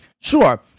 Sure